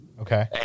Okay